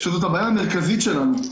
שזאת הבעיה המרכזית שלנו.